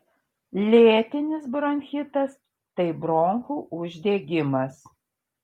lėtinis bronchitas tai bronchų uždegimas